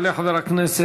יעלה חבר הכנסת